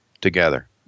together